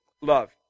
Love